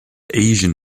asian